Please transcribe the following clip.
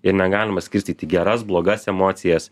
ir negalima skirstyt į geras blogas emocijas